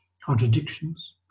contradictions